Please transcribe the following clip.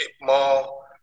more